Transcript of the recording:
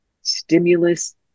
stimulus